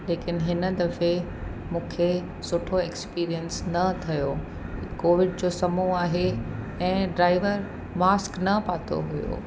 लेकिन हिन दफ़े मूंखे सुठो एक्सपीरीयंस न थियो कोविड जो समय आहे ऐं ड्राइवर मास्क न पातो हुयो